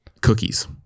cookies